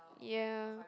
yeah